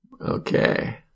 Okay